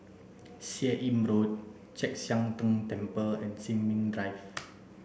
Seah Im Road Chek Sian Tng Temple and Sin Ming Drive